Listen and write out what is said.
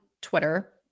Twitter